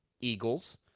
Eagles